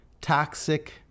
toxic